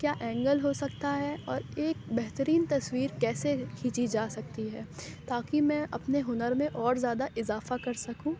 کیا اینگل ہو سکتا ہے اور ایک بہترین تصویر کیسے کھینچی جا سکتی ہے تاکہ میں اپنے ہنر میں اور زیادہ اضافہ کر سکوں